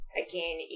again